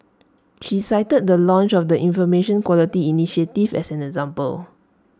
she cited the launch of the Information Quality initiative as an example